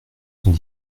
sont